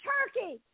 Turkey